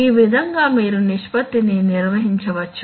ఈ విధంగా మీరు నిష్పత్తిని నిర్వహించవచ్చు